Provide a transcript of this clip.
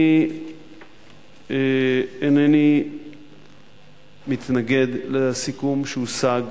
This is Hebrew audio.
אני אינני מתנגד לסיכום שהושג